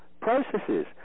processes